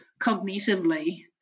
cognitively